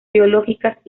biológicas